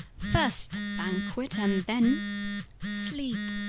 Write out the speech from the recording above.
first banquet, and then sleep.